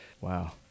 Wow